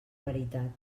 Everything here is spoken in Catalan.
veritat